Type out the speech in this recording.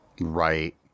Right